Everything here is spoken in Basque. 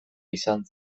izan